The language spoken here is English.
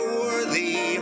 worthy